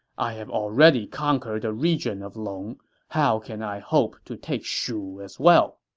i have already conquered the region of long how can i hope to take shu as well?